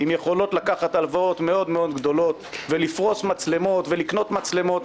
עם יכולות לקחת הלוואות מאוד גדולות ולפרוש מצלמות ולקנות מצלמות.